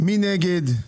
מי נגד?